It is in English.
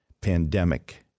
pandemic